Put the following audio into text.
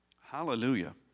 Hallelujah